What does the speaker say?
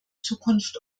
zukunft